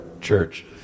church